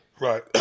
right